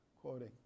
quoting